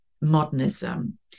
modernism